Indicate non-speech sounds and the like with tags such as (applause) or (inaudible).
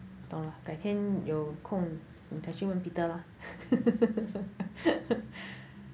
不懂改天有空我才去问 peter lah (laughs)